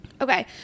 Okay